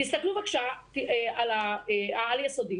תסתכלו, בבקשה, על כיתות העל-יסודיים.